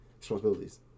responsibilities